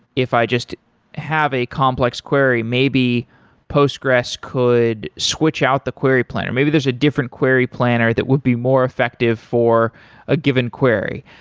if i just have a complex query, maybe postgres could switch out the query plan. maybe there's a different query planner that would be more effective for a given query.